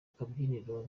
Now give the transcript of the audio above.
kabyiniro